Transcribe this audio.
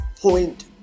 point